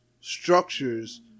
structures